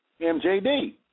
MJD